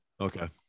Okay